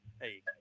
Hey